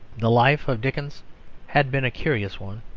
the life of dickens had been a curious one.